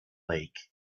lake